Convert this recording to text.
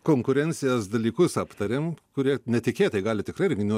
konkurencijos dalykus aptarėm kurie netikėtai gali tikrai renginių